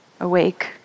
awake